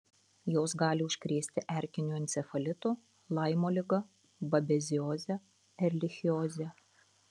jos gali užkrėsti erkiniu encefalitu laimo liga babezioze erlichioze